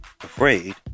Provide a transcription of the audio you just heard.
afraid